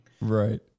Right